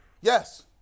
Yes